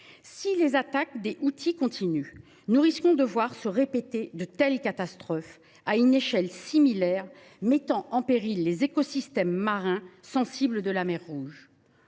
Si les attaques des Houthis continuent, nous risquons de voir se répéter de telles catastrophes à une échelle similaire, mettant en péril les écosystèmes marins sensibles de la mer Rouge.